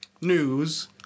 news